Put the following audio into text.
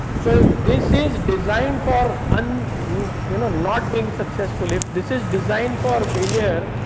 so, if this is designed for um you know not being successful, if this is designed for failure,